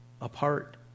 apart